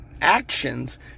actions